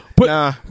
nah